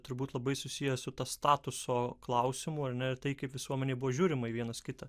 turbūt labai susijęs su to statuso klausimu ar ne tai kaip visuomenėje buvo žiūrima į vienas kitą